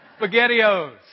SpaghettiOs